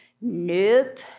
nope